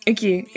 Okay